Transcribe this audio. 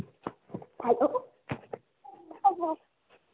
hello hello